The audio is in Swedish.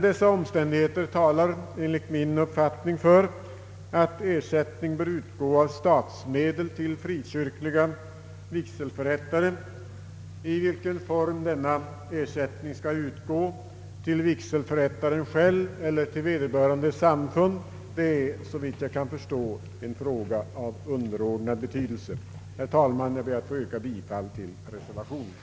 Dessa omständigheter talar enligt min uppfattning för att ersättning bör utgå av statsmedel till frikyrkliga vigselförrättare. I vilken form denna ersättning skall utgå och om den skall utgå till vigselförrättaren själv eller till vederbörande samfund, är såvitt jag kan förstå en fråga av underordnad betydelse. Herr talman! Jag ber att få yrka bifall till reservationen.